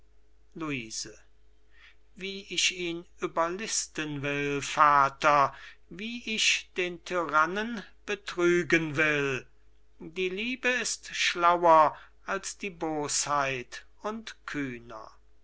luise wie ich ihn überlisten will vater wie ich den tyrannen betrügen will die liebe ist schlauer als die bosheit und kühner das